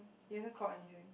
he hasn't caught anything